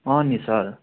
अँ नि सर